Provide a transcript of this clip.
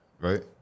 right